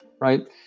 right